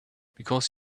because